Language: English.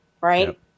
Right